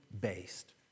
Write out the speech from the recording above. based